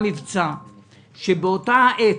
מבצע, שבאותה העת,